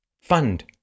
Fund